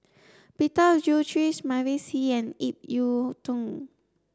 Peter Gilchrist Mavis Hee and Ip Yiu Tung